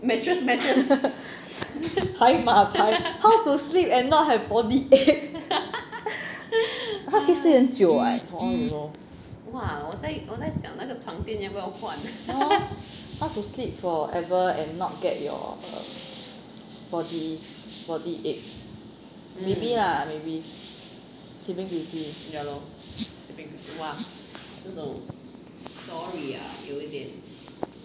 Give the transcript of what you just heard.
海马牌 how to sleep and not have body ache 她可以睡很久 what hor you know how to sleep forever and not get your body body ache maybe lah maybe sleeping beauty